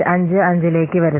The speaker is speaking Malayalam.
55 ലേക്ക് വരുന്നു